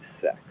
sex